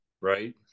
right